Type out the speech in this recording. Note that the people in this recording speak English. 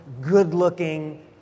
good-looking